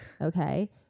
Okay